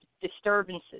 disturbances